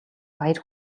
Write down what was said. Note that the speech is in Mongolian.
баяр